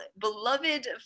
beloved